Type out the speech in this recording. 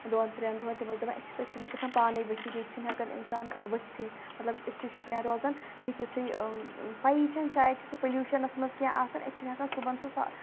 دۄن ترٛیٚن دۄہَن تِم ٲسۍ دَپان أسۍ چھِ تَتہِ سُلے گژھان پانَے ؤتھِتھ ییٚتہِ چھِنہٕ ہٮ۪کان اِنسان ؤتھۍ تٕے مطلب أسۍ چھِ شُپیَن روزان ییٚتہِ یُتھُے پَییی چھَنہٕ شاید چھِ سُہ پلیوٗشَنَس منٛز کینٛہہ آسان أسۍ چھِنہٕ ہٮ۪کان صُبحَن سُہ سو